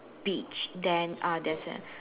beach then uh there's a